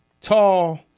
tall